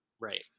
Right